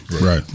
Right